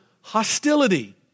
hostility